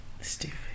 Stupid